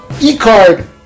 E-card